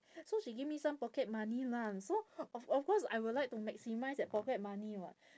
so she give me some pocket money lah so of of course I will like to maximise that pocket money [what]